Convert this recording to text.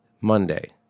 Monday